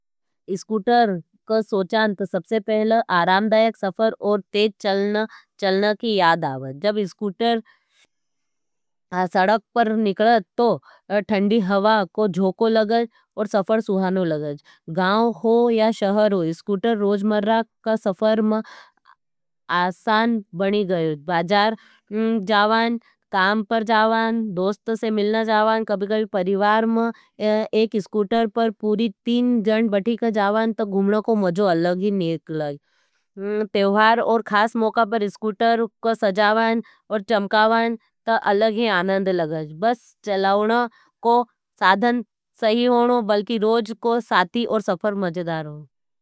स्कूटर का सोचान तो सबसे पहले आरामदायक सफर और तेज़ चलना की याद आवत। जब इसकूटर सड़क पर निकलत तो ठंडी हवा को झोंको लगत और सफर सुहानो लगज। गाउ हो या शहर हो स्कूटर रोजमर्रा का सफर में आसान बनी गयत। बाजार जावाँ, काम पर जावाँ, दोस्त से मिलना जावाँ, कभी-कभी परिवार में एक स्कूटर पर पूरी तीन जन बठी का जावाँ तो घुमना को मज़ो अलग ही नीक लगी। तेवहार और खास मोका पर स्कूटर को सजावाँ और चमकावाँ तो अलग ही आनन्द लगज। बस चलाऊन को साधन सही होनो बल्कि रोज को साथी और सफर मजेदार हो।